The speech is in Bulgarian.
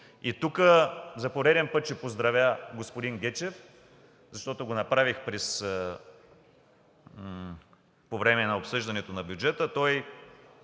Тук за пореден път ще поздравя господин Гечев, защото го направи по време на обсъждането на бюджета.